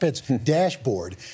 dashboard